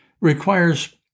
requires